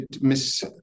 miss